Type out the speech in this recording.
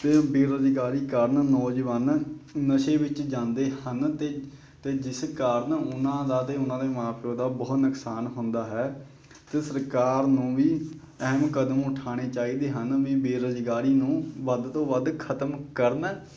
ਅਤੇ ਬੇਰੁਜ਼ਗਾਰੀ ਕਾਰਨ ਨੌਜਵਾਨ ਨਸ਼ੇ ਵਿੱਚ ਜਾਂਦੇ ਹਨ ਅਤੇ ਅਤੇ ਜਿਸ ਕਾਰਨ ਉਹਨਾਂ ਦਾ ਅਤੇ ਉਹਨਾਂ ਦੇ ਮਾਂ ਪਿਉ ਦਾ ਬਹੁਤ ਨੁਕਸਾਨ ਹੁੰਦਾ ਹੈ ਅਤੇ ਸਰਕਾਰ ਨੂੰ ਵੀ ਅਹਿਮ ਕਦਮ ਉਠਾਉਣੇ ਚਾਹੀਦੇ ਹਨ ਵੀ ਬੇਰੁਜ਼ਗਾਰੀ ਨੂੰ ਵੱਧ ਤੋਂ ਵੱਧ ਖਤਮ ਕਰਨ